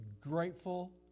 grateful